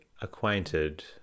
acquainted